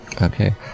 Okay